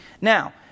Now